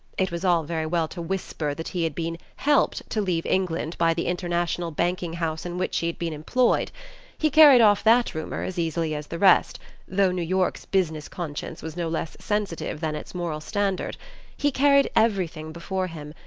it was all very well to whisper that he had been helped to leave england by the international banking-house in which he had been employed he carried off that rumour as easily as the rest though new york's business conscience was no less sensitive than its moral standard he carried everything before him,